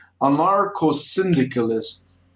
anarcho-syndicalist